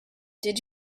did